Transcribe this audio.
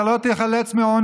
אתה לא תיחלץ מעונש.